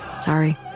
Sorry